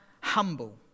humble